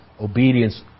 obedience